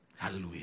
Hallelujah